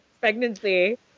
pregnancy